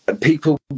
People